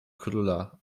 króla